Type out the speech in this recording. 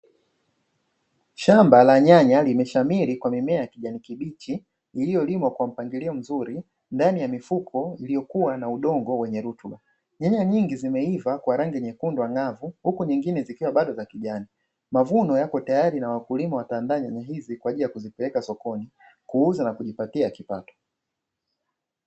Shamba la nyanya limeshamiri kwa mimea ya kijani kibichi iliyolimwa kwa mpangilio mzuri ndani ya mifuko iliyokuwa na udongo wenye rutuba. Nyanya nyingi zimeiva kwa rangi nyekundu na ang'avu huku nyingine zikiwa bado za kijani mavuno yako tayari na wakulima wataandaa nyanya hizi kwa ajili ya kuzipeleka sokoni kuuza na kujipatia kipato.